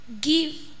give